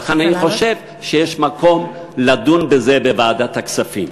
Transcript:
לכן אני חושב שיש מקום לדון בזה בוועדת הכספים.